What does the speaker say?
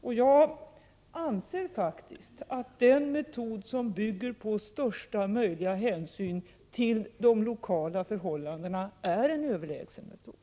Jag anser faktiskt att den metod som bygger på största möjliga hänsyn till de lokala förhållandena är en överlägsen metod.